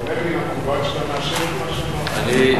אתה עונה לי, מקובל שאתה מאשר את מה שאני אומר.